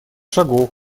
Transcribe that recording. шагов